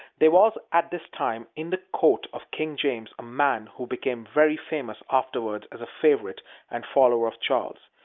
there was at this time, in the court of king james, a man who became very famous afterward as a favorite and follower of charles.